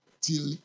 till